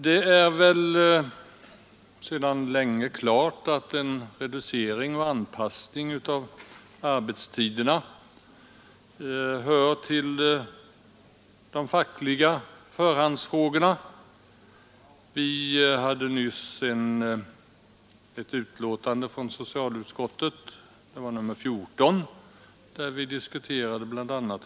Det är sedan länge klart att en reducering och anpassning av arbetstiderna hör till de fackliga förstahandsfrågorna. Vi behandlade nyss socialutskottets betänkande nr 14, där dessa problem diskuteras.